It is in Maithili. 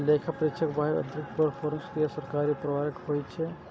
लेखा परीक्षक बाह्य, आंतरिक, फोरेंसिक आ सरकारी प्रकारक होइ छै